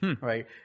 Right